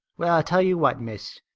well, i'll tell you what, miss,